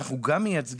אנחנו גם מייצגים,